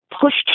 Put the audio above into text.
pushed